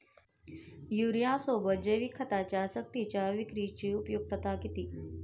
युरियासोबत जैविक खतांची सक्तीच्या विक्रीची उपयुक्तता किती?